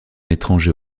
étranger